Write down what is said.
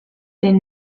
dem